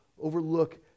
overlook